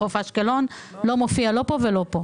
מבקיעים, חוף אשקלון, לא מופיע לא פה ולא פה.